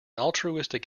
altruistic